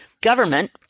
Government